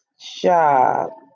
shop